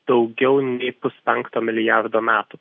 daugiau nei puspenkto milijardo metų